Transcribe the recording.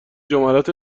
جملات